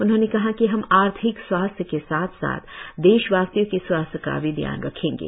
उन्होंने कहा कि हम आर्थिक स्वास्थ्य के साथ साथ देशवासियों के स्वास्थ्य का भी ध्यान रखेंगे